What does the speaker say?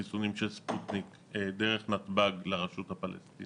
הגיעו 10,000 חיסונים של ספוטניק דרך נתב"ג לרשות הפלסטינית.